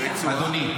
ברצועה?